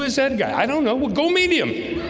who is that guy? i don't know we'll go medium.